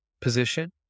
position